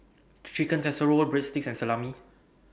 Chicken Casserole Breadsticks and Salami